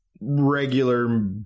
regular